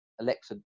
Alexa